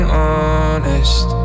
honest